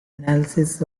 analysis